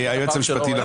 היועץ המשפטי לוועדה,